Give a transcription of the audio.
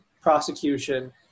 prosecution